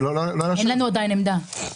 אין לנו עמדה עדיין.